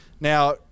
Now